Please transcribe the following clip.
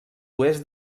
oest